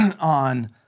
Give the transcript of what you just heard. on